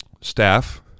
staff